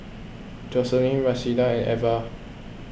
Joselin Rashida and Iva